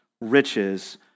riches